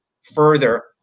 further